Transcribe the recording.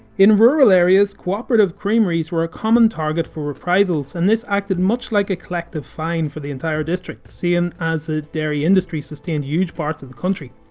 in rural areas co-operative creameries where a common target for reprisals and this acted much like a collective fine for the entire district, seeing as the dairy industry sustained huge parts of the country.